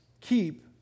keep